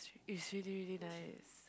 it's really really nice